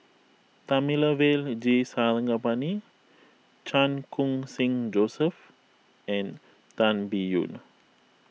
Thamizhavel G Sarangapani Chan Khun Sing Joseph and Tan Biyun